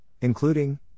including